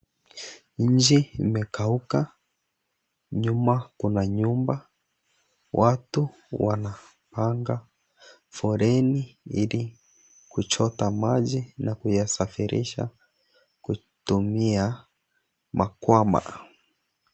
Nchi imekauka nyuma kwa manyumba watu wanapanga foleni ili kuchota maji na kuyasafirisha kutumia makwama.